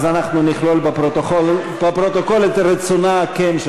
אנחנו נכלול בפרוטוקול את רצונה הכן של